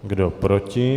Kdo proti?